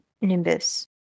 Nimbus